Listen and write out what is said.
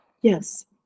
Yes